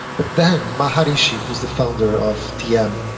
but then maharishi, who is the founder of tm,